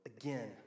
again